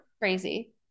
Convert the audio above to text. crazy